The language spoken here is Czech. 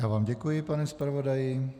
Já vám děkuji, pane zpravodaji.